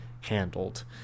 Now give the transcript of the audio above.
handled